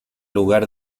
lugar